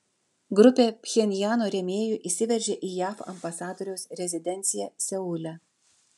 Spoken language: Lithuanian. grupė pchenjano rėmėjų įsiveržė į jav ambasadoriaus rezidenciją seule